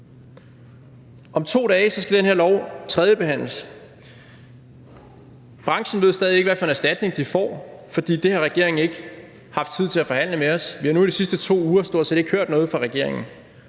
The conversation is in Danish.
Om 2 dage skal det her lovforslag tredjebehandles. Branchen ved stadig ikke, hvad for en erstatning de får, for det har regeringen ikke haft tid til at forhandle med os. Vi har nu i de sidste 2 uger stort set ikke hørt noget fra regeringen,